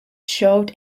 showed